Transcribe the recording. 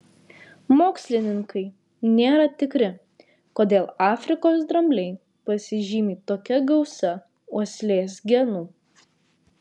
mokslininkai nėra tikri kodėl afrikos drambliai pasižymi tokia gausa uoslės genų